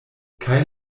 kaj